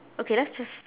okay let's just